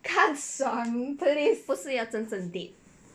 不是要真正 date